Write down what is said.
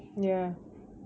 ya